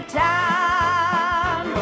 town